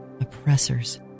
oppressors